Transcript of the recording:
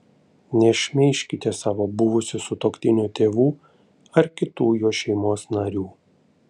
nešmeižkite savo buvusio sutuoktinio tėvų ar kitų jo šeimos narių